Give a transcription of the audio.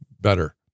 better